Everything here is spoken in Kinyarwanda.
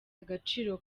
agaciro